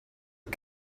aux